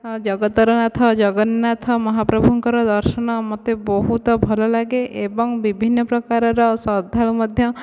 ଜଗତର ନାଥ ଜଗନ୍ନାଥ ମହାପ୍ରଭୁଙ୍କର ଦର୍ଶନ ମୋତେ ବହୁତ ଭଲ ଲାଗେ ଏବଂ ବିଭିନ୍ନ ପ୍ରକାରର ଶ୍ରଦ୍ଧାଳୁ ମଧ୍ୟ